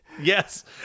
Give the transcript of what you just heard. Yes